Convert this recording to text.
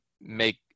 make